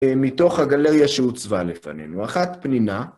מתוך הגלריה שהוצבה לפנינו. אחת פנינה.